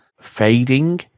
fading